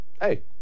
hey